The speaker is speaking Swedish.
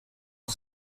och